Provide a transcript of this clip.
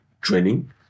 training